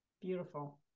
Beautiful